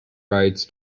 rights